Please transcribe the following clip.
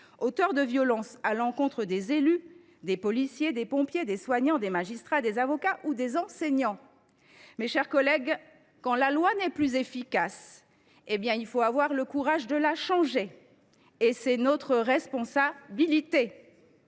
auteurs de violences à l’encontre des élus, des policiers, des pompiers, des soignants, des magistrats, des avocats ou des enseignants. Mes chers collègues, quand la loi n’est plus efficace, il faut avoir le courage de la changer. C’est notre responsabilité.